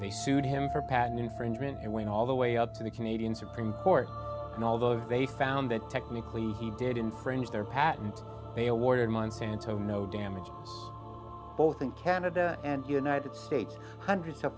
they sued him for patent infringement and win all the way up to the canadian supreme court and all those they found that technically he did infringe their patent they awarded monsanto no damages both in canada and the united states hundreds